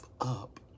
up